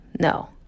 No